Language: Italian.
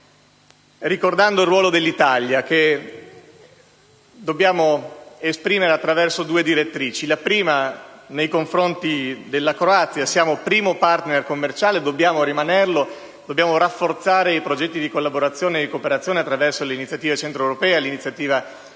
ricordando il ruolo dell'Italia, che dobbiamo esprimere attraverso due direttrici. La prima è nei confronti della Croazia: siamo il primo *partner* commerciale e dobbiamo rimanerlo; dobbiamo rafforzare i progetti di collaborazione e cooperazione attraverso l'Iniziativa centroeuropea e l'Iniziativa